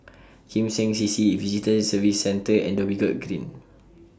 Kim Seng C C Visitor Services Centre and Dhoby Ghaut Green